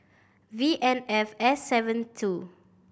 V N F S seven two